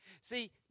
See